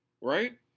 right